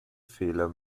fehler